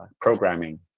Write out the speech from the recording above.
programming